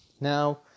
Now